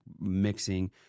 mixing